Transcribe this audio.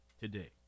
Today